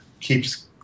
keeps